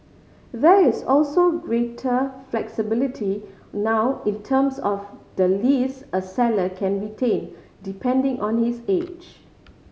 there is also greater flexibility now in terms of the lease a seller can retain depending on his age